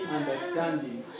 understanding